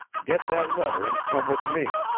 get that letter and come with me.